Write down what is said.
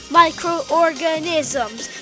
microorganisms